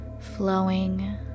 flowing